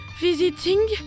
visiting